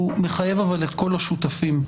אבל הוא מחייב את כל השותפים.